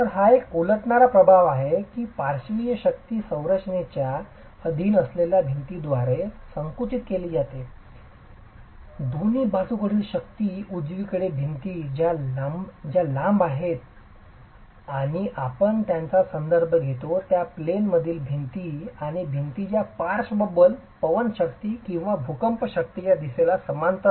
तर हा एक उलटणारा प्रभाव आहे की पार्श्विक शक्ती संरचनेच्या अधीन असलेल्या भिंतींद्वारे संकुचित केली जाते दोन्ही बाजूकडील शक्ती उजवीकडे भिंती ज्या लंब आहेत त्या आपण ज्याचा संदर्भ घेतो त्या प्लेन मधील भिंती आणि भिंती ज्या पार्श्व बल पवन शक्ती किंवा भूकंप शक्तीच्या दिशेला समांतर